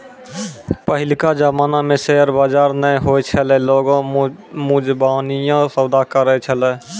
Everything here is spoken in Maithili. पहिलका जमाना मे शेयर बजार नै होय छलै लोगें मुजबानीये सौदा करै छलै